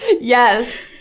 Yes